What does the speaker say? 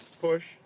push